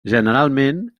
generalment